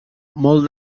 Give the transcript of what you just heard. molt